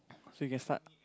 so you can start